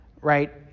right